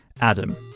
Adam